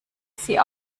sie